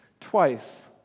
Twice